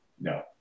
no